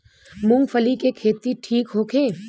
मूँगफली के खेती ठीक होखे?